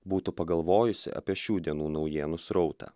būtų pagalvojusi apie šių dienų naujienų srautą